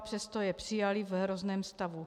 Přesto je přijali v hrozném stavu.